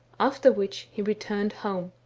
after which he returned home.